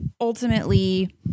ultimately